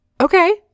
Okay